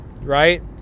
right